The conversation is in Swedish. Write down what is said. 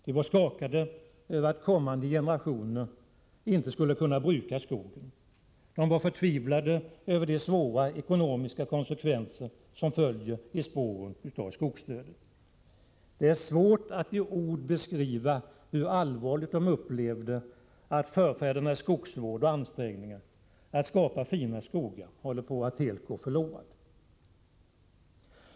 De var skakade av att kommande generationer inte skulle kunna bruka skogen. De var förtvivlade över de svåra ekonomiska konsekvenser som följer i spåren av skogsdöden. Det är svårt att i ord beskriva hur allvarligt de upplevde att resultaten av förfädernas skogsvård och ansträngningar att skapa fina skogar håller på att helt gå förlorade.